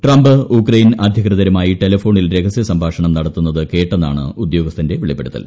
Trump Ukraine അധികൃതരുമായി ടെലഫോണിൽ രഹസ്യ സംഭാഷണം നടത്തുന്നത് കേട്ടെന്നാണ് ഉദ്യോഗസ്ഥന്റെ വെളിപ്പെടുത്തൽ